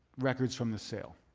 records from this sale.